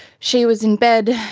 she was in bed,